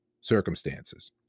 circumstances